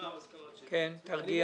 כן, תרגיע.